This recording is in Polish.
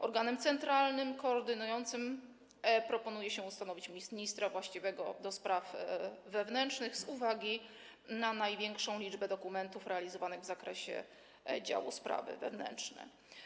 Organem centralnym koordynującym proponuje się ustanowić ministra właściwego do spraw wewnętrznych z uwagi na największą liczbę dokumentów wydawanych w zakresie działu: sprawy wewnętrzne.